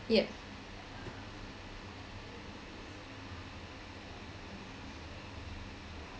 yep